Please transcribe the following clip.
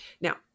Now